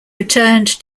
returned